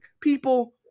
People